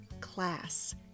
class